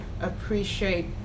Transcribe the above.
appreciate